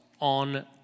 on